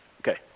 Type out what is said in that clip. Okay